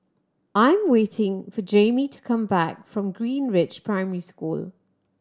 I'm waiting for Jaime to come back from Greenridge Primary School